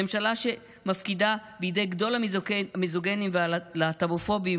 ממשלה שמפקידה בידי גדול המיזוגנים והלהט"בופובים